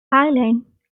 island